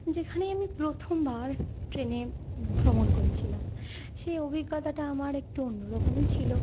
যেখানে আমি প্রথমবার ট্রেনে ভ্রমণ করেছিলাম সেই অভিজ্ঞতাটা আমার একটু অন্য রকমই ছিল